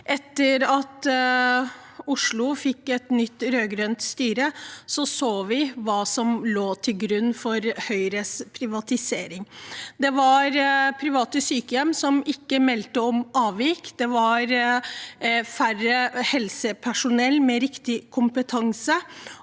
Etter at Oslo fikk et nytt rød-grønt styre, så vi hva som lå til grunn for Høyres privatisering. Det var private sykehjem som ikke meldte om avvik, det var færre helsepersonell med riktig kompetanse,